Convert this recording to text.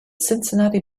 cincinnati